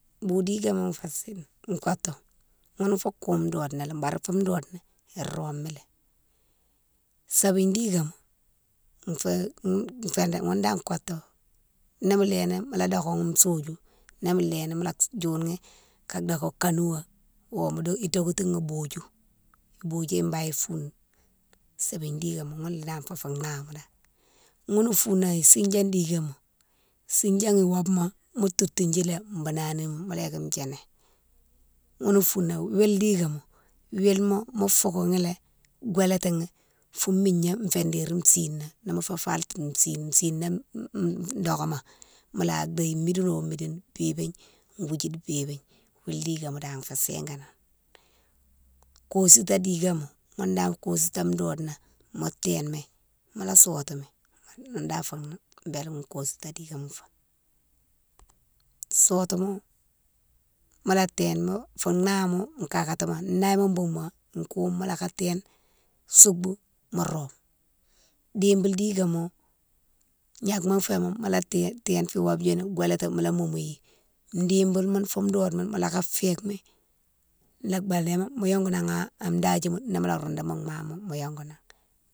Bou dikema fo sigane, kotou, ghounne fou koume dode na lé bari iromi lé. Sabaye dikema fé fé dé, ghounne dane kotou, nimo léni mola dokéghi sodiou, nimo léni mola dioughi ga doké kanouwa wo idokotine bodiou, bodiouyé banne founi, sabaye dikema ghounne danne fé fou nah ma danne. Ghounne foune nan sidian dikéma, sidian wobma mo toutidji lé mbanani mola yike djini, ghounne foune nan wille dikéma, willa mo fokoni lé, gouihétini fou migna fé déri sine nan, ni mo fé falti sine, sina dokémo, mola déye midi wo midi bibigne, gouidjite bibigne, wille dikema fé singanan. Kosité dikema ghounne dane kosita ndona, mo témi, mola sotimi, ghounne déne fé bélé kosita dikema fé. Sotima mola témi, fo nah ma gagatimo, naye ma boumo. koume mola ga téne, soubou mo. Dibildikema gnake mo fémo mola téne téne wobe ghounne gouiwellati mola moumou ghi, dibil mounne fou dode na mola ga fike mi bélami mo yongou nan a dadji mounne nimola roudouni mo mama mo yongou nan.